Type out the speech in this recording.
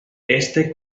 este